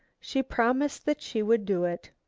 she promised that she would do it.